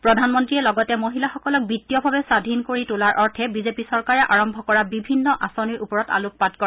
প্ৰধানমন্ৰীয়ে লগতে মহিলাসকলক বিত্তীয়ভাৱে স্বধীন কৰি তোলাৰ অৰ্থে বিজেপি চৰকাৰে আৰম্ভ কৰা বিভিন্ন আঁচনিৰ ওপৰত আলোকপাত কৰে